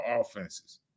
offenses